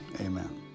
Amen